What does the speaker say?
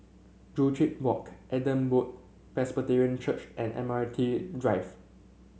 Joo Chiat Walk Adam Road Presbyterian Church and Admiralty Drive